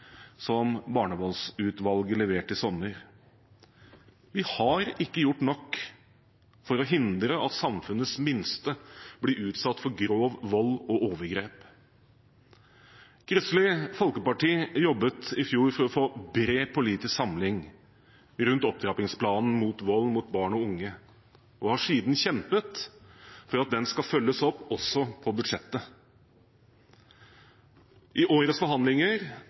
som barnevoldsutvalget leverte i sommer. Vi har ikke gjort nok for å hindre at samfunnets minste blir utsatt for grov vold og overgrep. Kristelig Folkeparti jobbet i fjor for å få bred politisk samling rundt opptrappingsplanen mot vold mot barn og unge og har siden kjempet for at den skal følges opp også i budsjettet. I årets forhandlinger